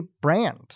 brand